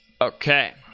Okay